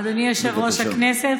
אדוני יושב-ראש הכנסת,